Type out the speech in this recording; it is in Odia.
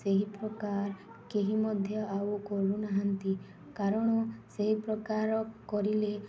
ସେହି ପ୍ରକାର କେହି ମଧ୍ୟ ଆଉ କରୁନାହାନ୍ତି କାରଣ ସେହି ପ୍ରକାର କରିଲେ